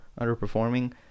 underperforming